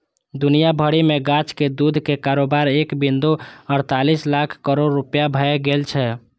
दुनिया भरि मे गाछक दूध के कारोबार एक बिंदु अड़तालीस लाख करोड़ रुपैया भए गेल छै